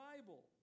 Bible